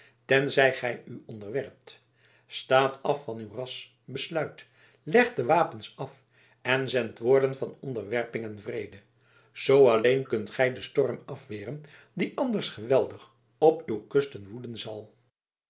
tenzij gij u onderwerpt staat af van uw rasch besluit legt de wapens af en zendt woorden van onderwerping en vrede zoo alleen kunt gij den storm afweren die anders geweldig op uwe kusten woeden zal